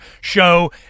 show